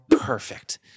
perfect